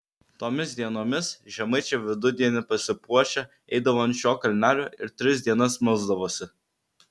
tomis dienomis žemaičiai vidudienį pasipuošę eidavo ant šio kalnelio ir tris dienas melsdavosi